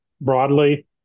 broadly